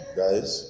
guys